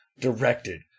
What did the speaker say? Directed